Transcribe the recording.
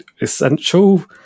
Essential